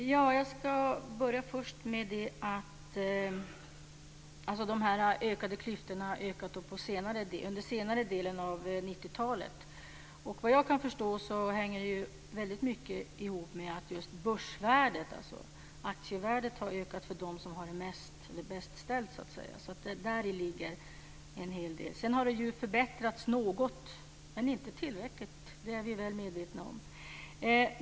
Fru talman! Jag ska börja med det här att klyftorna har ökat under senare delen av 90-talet. Såvitt jag kan förstå hänger det mycket ihop med att aktievärdet har ökat för dem som har det bäst ställt. Däri ligger en hel del. Sedan har läget förbättrats något, men inte tillräckligt - det är vi väl medvetna om.